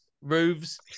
roofs